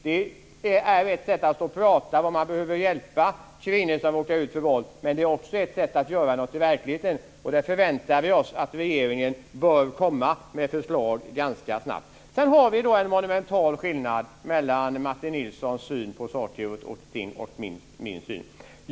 Det är en sak att stå och prata om att man behöver hjälpa kvinnor som råkar ut för våld. Men det är en annan sak att göra något i verkligheten. Därför förväntar vi oss att regeringen kommer med förslag ganska snabbt. Sedan finns det en monumental skillnad mellan Martin Nilssons och min syn på saker och ting.